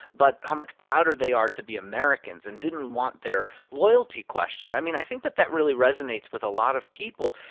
but how much prouder they are to be americans and didn't want their loyalty questioned. i mean, i think that that really resonates with a lot of people,